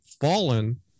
fallen